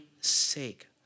sake